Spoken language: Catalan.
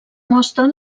mostren